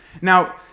Now